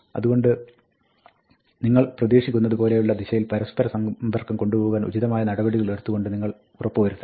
അതുകൊണ്ട് നിങ്ങൾ പ്രതീക്ഷിക്കുന്നത് പോലെയുള്ള ദിശയിൽ പരസ്പര സമ്പർക്കം കൊണ്ടുപോകുവാൻ ഉചിതമായ നടപടികളെടുത്തു കൊണ്ട് നിങ്ങൾ ഉറപ്പ് വരുത്തണം